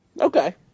Okay